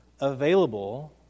available